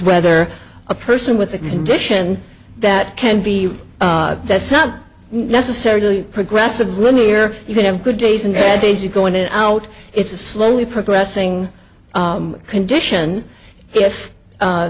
whether a person with a condition that can be that's not necessarily progressive linear you can have good days and bad days you go in and out it's a slowly progressing condition if